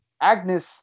Agnes